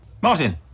Martin